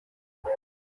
aha